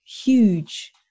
huge